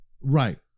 Right